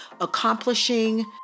accomplishing